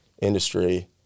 industry